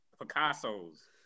Picasso's